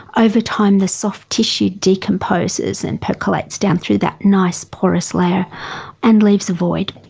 over time the soft tissue decomposes and percolates down through that nice porous layer and leaves a void.